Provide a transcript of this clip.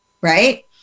Right